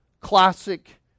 classic